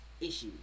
issues